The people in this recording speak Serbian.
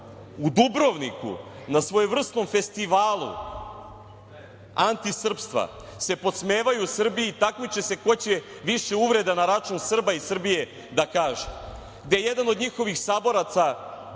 u Dubrovniku na svojevrsnom festivalu antisrpstva se podsmevaju Srbiji i takmiče se ko će više uvreda na račun Srba i Srbije da kaže, gde jedan od njihovih saboraca